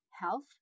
health